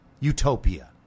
utopia